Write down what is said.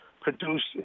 produced